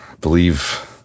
believe